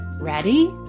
Ready